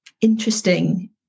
interesting